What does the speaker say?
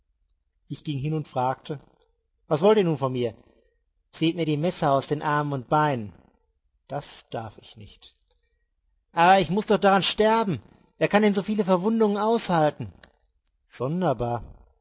ich ging hin und fragte was wollt ihr nun von mir zieht mir die messer aus den armen und beinen das darf ich nicht aber ich muß doch daran sterben wer kann denn so viele verwundungen aushalten sonderbar